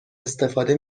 استفاده